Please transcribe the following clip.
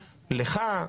לך: